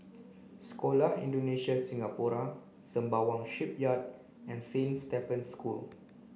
Sekolah Indonesia Singapura Sembawang Shipyard and Saint Stephen's School